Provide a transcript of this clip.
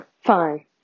fine